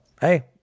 hey